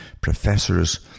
professors